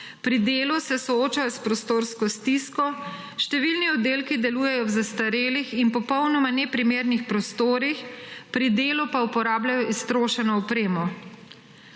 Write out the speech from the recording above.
Pri delu se soočajo s prostorsko stisko, številni oddelki delujejo v zastarelih in popolnoma neprimernih prostorih, pri delu pa uporabljajo iztrošeno opremo.